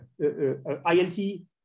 ILT